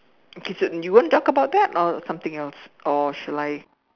okay so you want to talk about that or something else or shall I